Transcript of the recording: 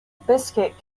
biscuit